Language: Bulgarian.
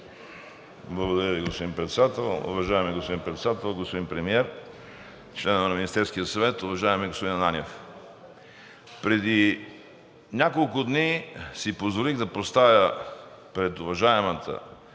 Благодаря Ви, господин Председател. Уважаеми господин Председател, господин Премиер, членове на Министерския съвет! Уважаеми господин Ананиев, преди няколко дни си позволих да поставя пред уважаемата